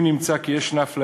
אם נמצא כי יש אפליה,